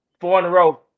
four-in-a-row